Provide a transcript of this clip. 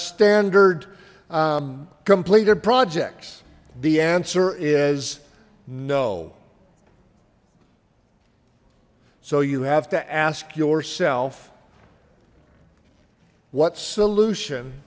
standard completed projects the answer is no so you have to ask yourself what solution